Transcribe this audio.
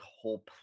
whole